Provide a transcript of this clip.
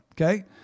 okay